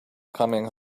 coming